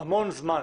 המון זמן.